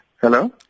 Hello